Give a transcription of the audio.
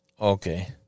okay